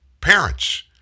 parents